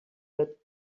that